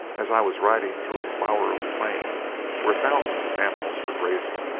as i was riding through a flowery plain where thousands of animals were grazing,